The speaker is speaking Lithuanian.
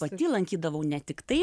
pati lankydavau ne tiktai